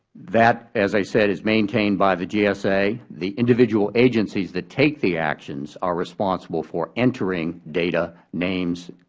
that, as i said, is maintained by the gsa. the individual agencies that take the actions are responsible for entering data, names,